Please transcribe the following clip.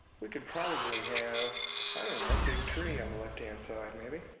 we could probably have, i don't know, a big tree on the left hand side, maybe.